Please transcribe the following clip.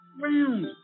round